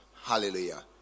Hallelujah